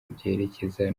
byerekeza